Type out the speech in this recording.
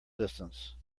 distance